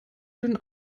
den